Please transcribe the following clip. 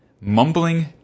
Mumbling